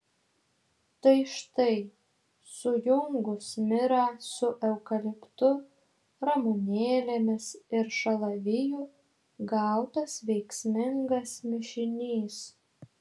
tai štai sujungus mirą su eukaliptu ramunėlėmis ir šalaviju gautas veiksmingas mišinys